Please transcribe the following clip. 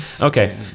okay